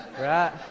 right